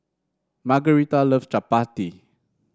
Margarita loves Chapati